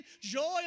joy